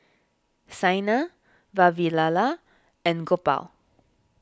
Saina Vavilala and Gopal